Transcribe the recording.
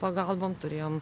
pagalbom turėjom